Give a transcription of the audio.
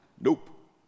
Nope